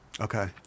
okay